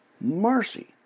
Mercy